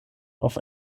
auf